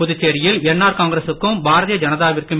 புதுச்சேரியில் என்ஆர் காங்கிரசுக்கும் பாரதிய ஜனதாவிற்கும்